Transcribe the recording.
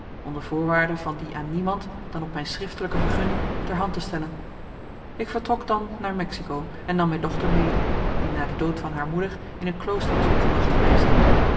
onder voorwaarde van die aan niemand dan op mijn schriftelijke vergunning ter hand te stellen ik vertrok dan naar mexico en nam mijn dochter mede die na den dood van haar moeder in een klooster was opgebracht geweest